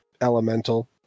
elemental